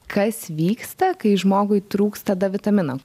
kas vyksta kai žmogui trūksta d vitamino